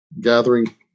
gathering